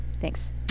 Thanks